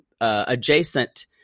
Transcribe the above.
adjacent